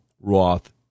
Roth